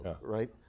right